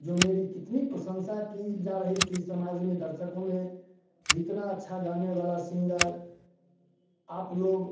जो मेरी कितनी प्रशंसा की जा रही थी समाज में दर्शकों में जितना अच्छा गाने वाला सिंगर आप लोग